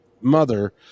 mother